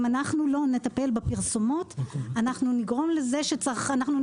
אם לא נטפל בפרסומות אנחנו נגרום לזה שצרכנים יפלו,